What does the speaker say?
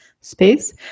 space